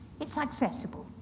it's accessible.